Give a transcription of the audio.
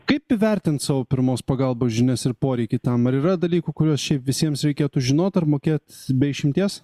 kaip įvertint savo pirmos pagalbos žinias ir poreikį tam ar yra dalykų kuriuos šiaip visiems reikėtų žinot ar mokėt be išimties